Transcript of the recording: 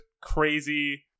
crazy